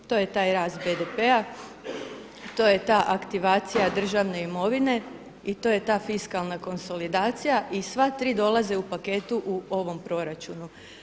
To je taj rast BDP-a, to je ta aktivacija državne imovine i to je ta fiskalna konsolidacija i sva tri dolaze u paketu u ovom proračunu.